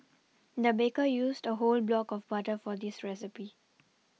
the baker used a whole block of butter for this recipe